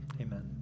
Amen